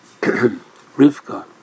Rivka